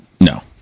no